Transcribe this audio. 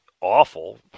awful